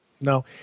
no